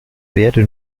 werde